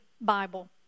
Bible